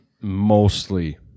mostly